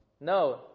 No